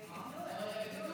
הם בבידוד.